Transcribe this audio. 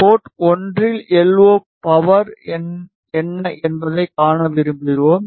board 1 இல் LO power என்ன என்பதைக் காண விரும்புகிறோம்